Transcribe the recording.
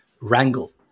wrangle